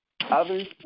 others